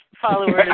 followers